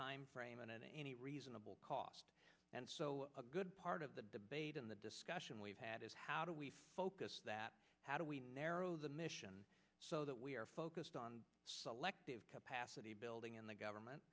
timeframe and at any reasonable cost and so a good part of the debate in the discussion we've had is how do we focus that how do we narrow the mission so that we are focused on selective capacity building and the government